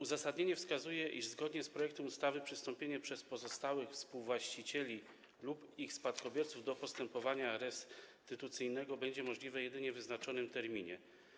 Uzasadnienie wskazuje, iż zgodnie z projektem ustawy przystąpienie przez pozostałych współwłaścicieli lub ich spadkobierców do postępowania restytucyjnego będzie możliwe jedynie w wyznaczonym terminie.